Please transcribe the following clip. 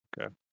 Okay